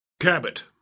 Cabot